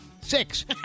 Six